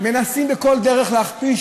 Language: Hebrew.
מנסים להכפיש